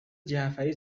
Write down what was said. جعفری